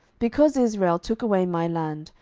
because israel took away my land,